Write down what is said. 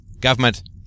Government